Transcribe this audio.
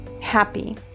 happy